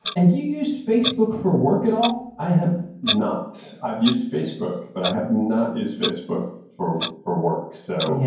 have you used facebook for work at all? i have not. i've used facebook, but i have not used facebook for for work. so,